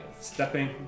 Stepping